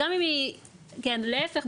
להפך,